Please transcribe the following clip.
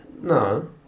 No